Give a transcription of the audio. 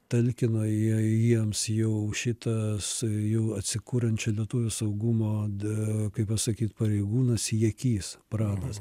talkino jie jiems jau šitas jau atsikuriančių lietuvių saugumo da kai pasakyt pareigūnas jakys pranas